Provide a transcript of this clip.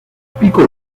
pico